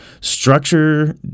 structure